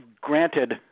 Granted